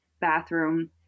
bathroom